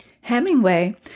Hemingway